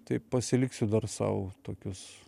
tai pasiliksiu dar sau tokius